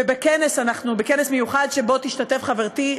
ובכנס מיוחד שבו תשתתף חברתי,